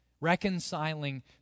reconciling